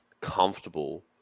comfortable